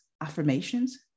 affirmations